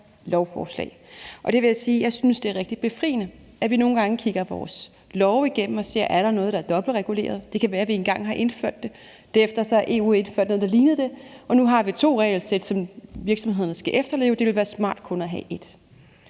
rigtig befriende, at vi nogle gange kigger vores love igennem og ser, om der er noget, der er dobbeltreguleret. Det kan være, vi engang har indført det. Derefter har EU indført noget, der lignede det, og nu har vi to regelsæt, som virksomhederne skal efterleve. Det ville være smart kun at have ét.